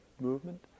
movement